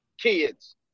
kids